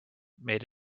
made